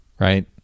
right